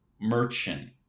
merchant